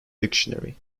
dictionary